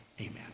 Amen